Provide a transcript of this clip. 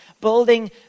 building